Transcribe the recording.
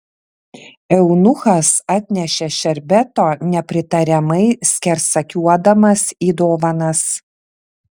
eunuchas atnešė šerbeto nepritariamai skersakiuodamas į dovanas